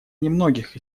немногих